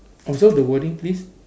also the wording please